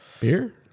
beer